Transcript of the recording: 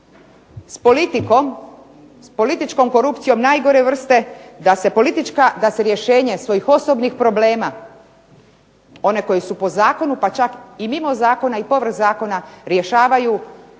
s politikom, s političkom korupcijom najgore vrste, da se rješenje svojih osobnih problema, one koje su po zakonu pa čak i mimo zakona i povrh zakona rješavaju pripadnošću